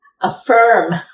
affirm